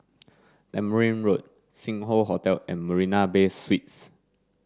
Tamarind Road Sing Hoe Hotel and Marina Bay Suites